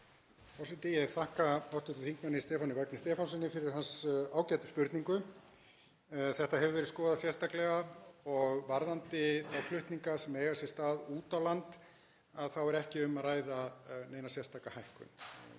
Forseti. Ég þakka hv. þm. Stefáni Vagni Stefánssyni fyrir hans ágætu spurningu. Þetta hefur verið skoðað sérstaklega. Varðandi flutninga sem eiga sér stað út á land þá er ekki um að ræða neina sérstaka hækkun.